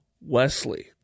Wesley